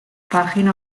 página